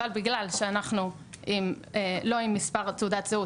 אבל בגלל שאנחנו לא עם מספר תעודת זהות